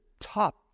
top